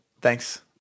Thanks